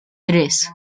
tres